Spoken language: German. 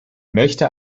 möchte